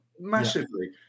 Massively